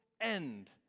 end